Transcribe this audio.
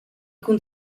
cun